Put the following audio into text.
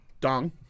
dong